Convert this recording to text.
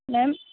ma'am